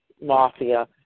Mafia